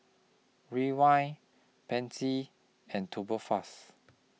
Ray Why Pansy and Tubifast